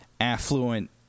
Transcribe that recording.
affluent